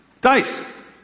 Dice